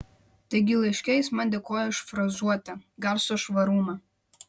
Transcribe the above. taigi laiške jis man dėkoja už frazuotę garso švarumą